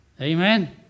Amen